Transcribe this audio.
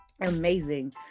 amazing